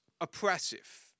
oppressive